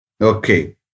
Okay